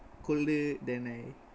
colder than I